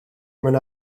mewn